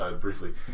briefly